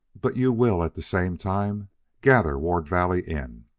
but you will at the same time gather ward valley in.